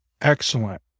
Excellent